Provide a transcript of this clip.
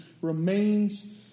remains